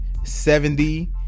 70